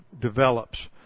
develops